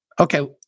Okay